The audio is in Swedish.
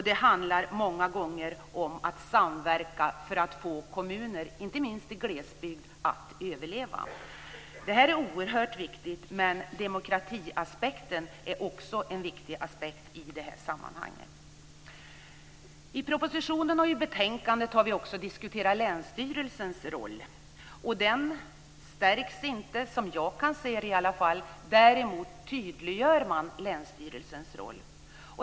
Det handlar många gånger om att samverka för att få kommuner, inte minst i glesbygd, att överleva. Det här är oerhört viktigt, men demokratiaspekten är också viktig i sammanhanget. I propositionen och i betänkandet har vi också diskuterat länsstyrelsernas roll, och den stärks inte, som jag kan se det i alla fall. Däremot tydliggörs länsstyrelsens roll.